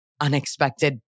unexpected